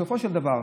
בסופו של דבר,